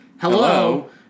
Hello